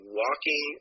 walking